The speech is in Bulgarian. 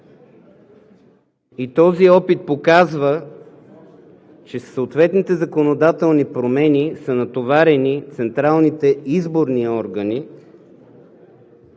Този опит показва, че със съответните законодателни промени са натоварени централните изборни органи,